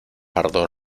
pardo